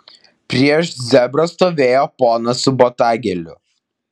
prieš zebrą stovėjo ponas su botagėliu